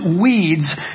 weeds